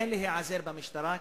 כן להיעזר במשטרה,